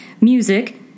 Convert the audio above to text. Music